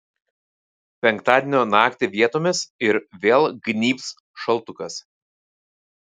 penktadienio naktį vietomis ir vėl gnybs šaltukas